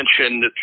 mentioned